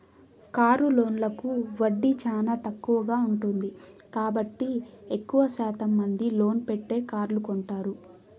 car లోన్లకు వడ్డీ చానా తక్కువగా ఉంటుంది కాబట్టి ఎక్కువ శాతం మంది లోన్ పెట్టే కార్లు కొంటారు